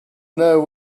know